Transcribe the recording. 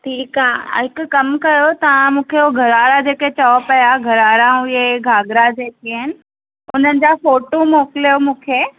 ठीकु आहे हिकु कमु कयो तव्हां मूंखे उहो गरारा जेके चओ पिया गरारा आऊं इहे घाघरा जेके आहिनि उनजा फ़ोटू मोकिलियो मूंखे